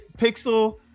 pixel